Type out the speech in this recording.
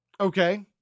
Okay